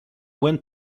went